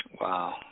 Wow